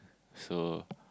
so